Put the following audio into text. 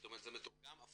זאת אומר זה מתורגם הפוך,